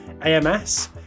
AMS